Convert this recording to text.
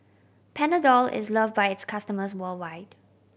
Panadol is loved by its customers worldwide